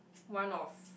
one of